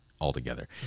altogether